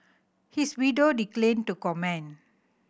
his widow declined to comment